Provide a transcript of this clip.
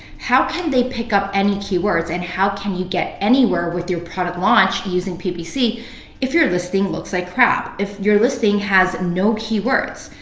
how can they pick up any keywords and how can you get anywhere with your product launch using ppc if your listing looks like crap? if your listing has no keywords.